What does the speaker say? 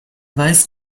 weiß